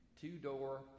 two-door